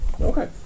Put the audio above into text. Okay